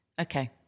okay